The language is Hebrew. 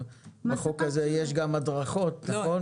בחוק הזה יש גם הדרכות, נכון?